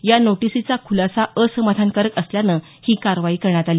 या नोटीसचा खुलासा असमाधानकारक असल्यानं ही कारवाई करण्यात आली